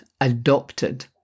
adopted